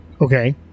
Okay